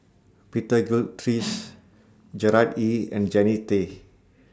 Peter Gilchrist Gerard Ee and Jannie Tay